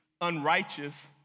unrighteous